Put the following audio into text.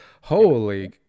holy